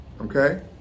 Okay